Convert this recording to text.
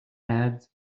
ads